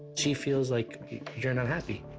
she feels like you're not happy.